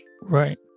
Right